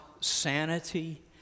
sanity